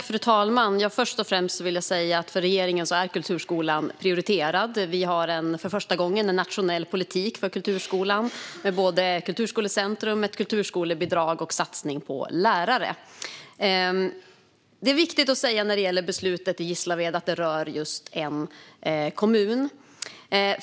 Fru talman! Först och främst vill jag säga att för regeringen är kulturskolan prioriterad. Vi har för första gången en nationell politik för kulturskolan, med kulturskolecentrum, kulturskolebidrag och satsning på lärare. När det gäller beslutet i Gislaved är det viktigt att säga att det rör just en kommun.